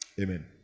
Amen